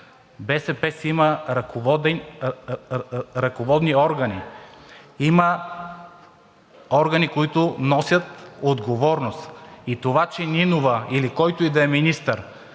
БСП си има ръководни органи. Има органи, които носят отговорност – това, че Нинова или който и да е министър